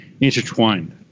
intertwined